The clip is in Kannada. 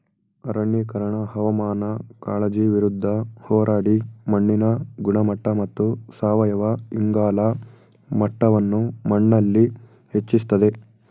ಅರಣ್ಯೀಕರಣ ಹವಾಮಾನ ಕಾಳಜಿ ವಿರುದ್ಧ ಹೋರಾಡಿ ಮಣ್ಣಿನ ಗುಣಮಟ್ಟ ಮತ್ತು ಸಾವಯವ ಇಂಗಾಲ ಮಟ್ಟವನ್ನು ಮಣ್ಣಲ್ಲಿ ಹೆಚ್ಚಿಸ್ತದೆ